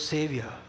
Savior